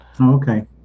Okay